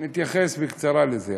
אני אתייחס בקצרה לזה.